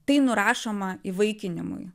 tai nurašoma įvaikinimui